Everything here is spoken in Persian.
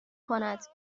کند